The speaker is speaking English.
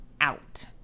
out